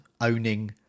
owning